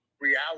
reality